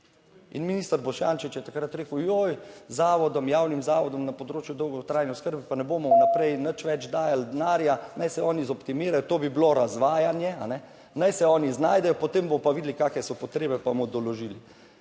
In minister Boštjančič je takrat rekel, joj, zavodom, javnim zavodom na področju dolgotrajne oskrbe, pa ne bomo vnaprej nič več dajali denarja, naj se oni zoptimirajo, to bi bilo razvajanje. naj se oni znajdejo, potem bomo pa videli, kakšne so potrebe, pa bodo vložili.